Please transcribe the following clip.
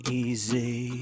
easy